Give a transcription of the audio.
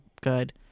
good